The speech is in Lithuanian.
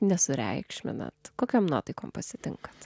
nesureikšminate kokiom nuotaikom pasitinkate